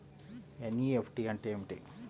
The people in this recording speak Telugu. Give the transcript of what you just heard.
ఎన్.ఈ.ఎఫ్.టీ అంటే ఏమిటీ?